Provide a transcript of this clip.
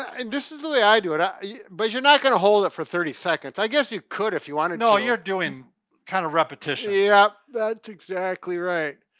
and this is the way i do it. i, but you're not gonna hold it for thirty seconds. i guess you could if you wanted to. no, you're doing kinda kind of repetitions. yep, that's exactly right.